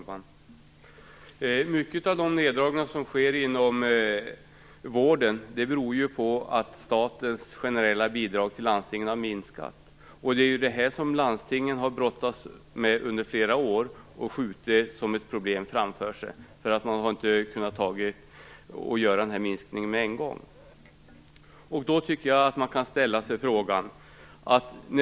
Fru talman! Många av de neddragningar som sker inom vården beror på att statens generella bidrag till landstingen har minskat. Det är detta som landstingen har brottats med under flera år och skjutit framför sig som ett problem därför att de inte kunnat göra minskningen på en gång. Då tycker jag att man kan ställa sig en fråga.